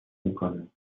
میکند